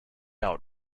out